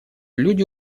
люди